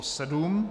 7.